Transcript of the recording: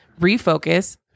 refocus